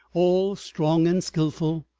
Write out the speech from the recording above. all strong and skilful,